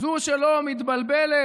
זו שלא מתבלבלת,